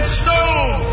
stone